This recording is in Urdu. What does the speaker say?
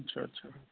اچھا اچھا